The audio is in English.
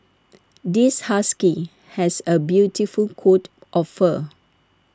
this husky has A beautiful coat of fur